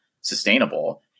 sustainable